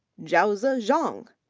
zhaoze ah zhang,